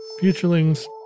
Futurelings